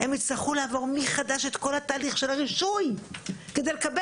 הם יצטרכו לעבור מחדש את כל התהליך של הרישוי כדי לקבל